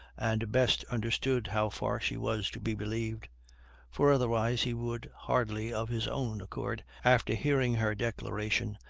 and best understood how far she was to be believed for otherwise he would hardly of his own accord, after hearing her declaration,